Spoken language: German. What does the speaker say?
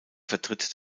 vertritt